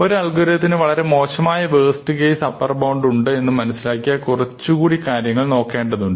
ഒരു അൽഗോരിതത്തിന് വളരെ മോശമായ ഒരു വേസ്റ്റ് കേസ് അപ്പർ ബൌണ്ട് ഉണ്ട് എന്ന് മനസ്സിലാക്കിയാൽ കുറച്ചുകൂടി കാര്യങ്ങൾ നോക്കേണ്ടതുണ്ട്